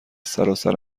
سراسر